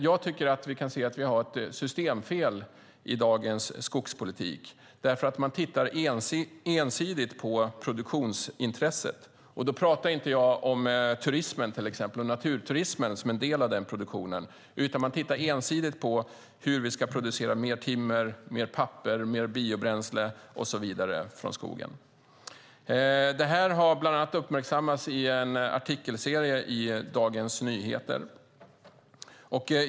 Jag tycker att det är ett systemfel i dagens skogspolitik, därför att man tittar ensidigt på produktionsintresset. Då talar jag inte om turismen och naturturismen som en del av den produktionen, utan om att man tittar ensidigt på hur vi ska producera mer timmer, mer papper, mer biobränsle och så vidare från skogen. Det här har uppmärksammats i bland annat en artikelserie i Dagens Nyheter.